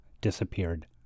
disappeared